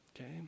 okay